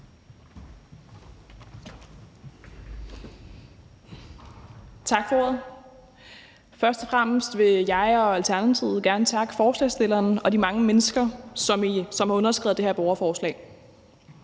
Tak for ordet. Først og fremmest vil jeg og Alternativet gerne takke stillerne og de mange mennesker, som har underskrevet det her borgerforslag.